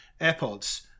AirPods